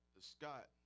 Scott